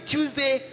Tuesday